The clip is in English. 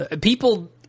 People